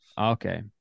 Okay